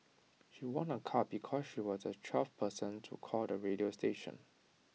she won A car because she was A twelfth person to call the radio station